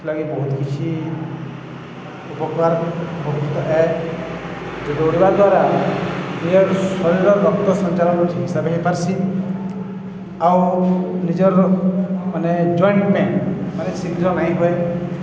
ସେ ଲାଗି ବହୁତ କିଛି ଉପକାର ଉପକୃତ ହଏ ଦୌଡ଼ିବା ଦ୍ୱାରା ନିଜର ଶରୀର ରକ୍ତ ସଞ୍ଚାଳନ ଠିକ ହିସାବରେ ହେଇପାରସି ଆଉ ନିଜର ମାନେ ଜଏଣ୍ଟ ପେନ୍ ମାନେ ଶୀଘ୍ର ନହିଁ ହୁଏ